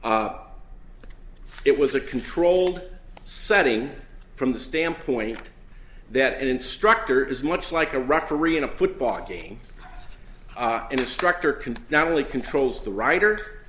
but it was a controlled setting from the standpoint that an instructor is much like a referee in a football game instructor can not only controls the writer